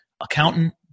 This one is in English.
accountant